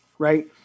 Right